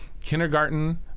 kindergarten